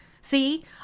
see